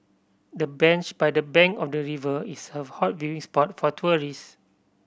the bench by the bank of the river is a hot viewing spot for tourist